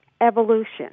evolution